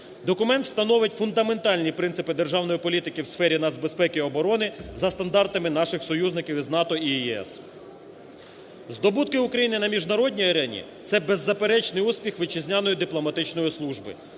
Документ встановить фундаментальні принципи державної політики в сфері нацбезпеки і оборони за стандартами наших союзників із НАТО і ЄС. Здобутки України на міжнародній арені – це беззаперечний успіх вітчизняної дипломатичної служби.